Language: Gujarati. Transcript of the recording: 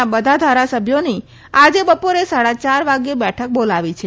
ના બધા ધારાસભ્યોની આજે બપોરે સાડા યાર વાગે બેઠક બોલાવી છે